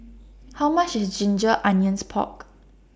How much IS Ginger Onions Pork